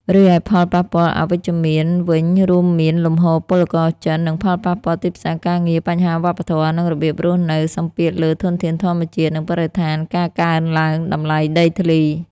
រីឯផលប៉ះពាល់អវិជ្ជមានវិញរួមមាន លំហូរពលករចិន និងផលប៉ះពាល់ទីផ្សារការងារ បញ្ហាវប្បធម៌ និងរបៀបរស់នៅ សម្ពាធលើធនធានធម្មជាតិ និងបរិស្ថាន ការកើនឡើងតម្លៃដីធ្លី។